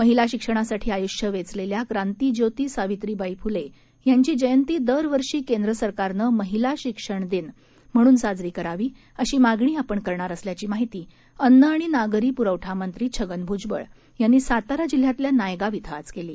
महिला शिक्षणासाठी आयुष्य वेचलेल्या क्रांतीज्योती सावित्रीबाई फुले यांची जयंती दरवर्षी केंद्र सरकारनं महिला शिक्षण दिन म्हणून साजरी करावी अशी मागणी आपण करणार असल्याची माहिती अन्न आणि नागरी पुरवठामंत्री छगन भुजबळ यांनी सातारा जिल्ह्यातल्या नायगाव आज केली